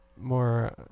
More